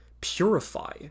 purify